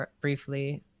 briefly